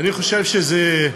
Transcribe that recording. אני חושב שזה,